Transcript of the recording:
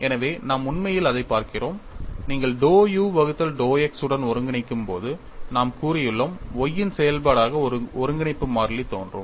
எனவே நாம் உண்மையில் அதைப் பார்க்கிறோம் நீங்கள் dou u வகுத்தல் dou x உடன் ஒருங்கிணைக்கும்போது நாம் கூறியுள்ளோம் y இன் செயல்பாடாக ஒரு ஒருங்கிணைப்பு மாறிலி தோன்றும்